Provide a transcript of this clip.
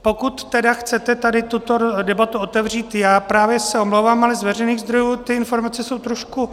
Pokud tedy chcete tady tuto debatu otevřít, já právě se omlouvám, ale z veřejných zdrojů ty informace jsou trochu...